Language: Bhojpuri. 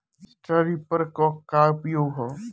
स्ट्रा रीपर क का उपयोग ह?